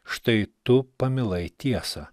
štai tu pamilai tiesą